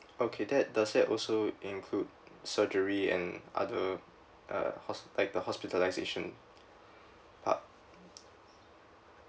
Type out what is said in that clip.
okay that does that also include surgery and other uh hos~ like the hospitalization part